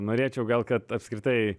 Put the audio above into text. norėčiau gal kad apskritai